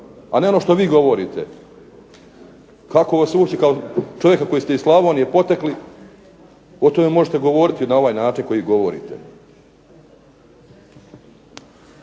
A ne ono što vi govorite. Kako vas uopće kao čovjeka koji je potekao iz Slavonije o tome govoriti na ovaj način koji govorite.